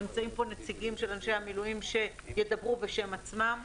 נמצאים פה נציגים של אנשי המילואים שידברו בשם עצמם.